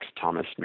Thomas